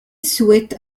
souhaite